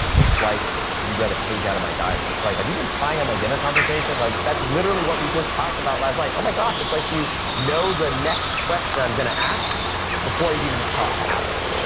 it's like, you read a page out of my diary. it's like, have you been spying on my dinner conversation? like, that's literally what we just talked about last night? oh, my gosh, it's like, you know, the next question i'm going to ask before you've even thought to ask it.